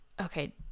okay